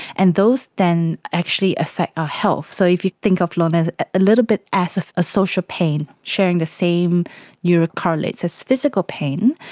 and those then actually affect our health. so if you think of loneliness a little bit as a social pain, sharing the same neural correlates as physical pain,